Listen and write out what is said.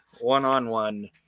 one-on-one